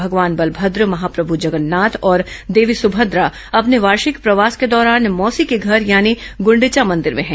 भगवान बलमद्र महाप्रमू जगन्नाथ और देवी सभद्रा अपने वार्षिक प्रवास के दौरान मौसी के घर यानी गंडिवा मंदिर में है